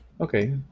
okay